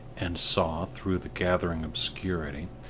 and saw, through the gathering obscurity,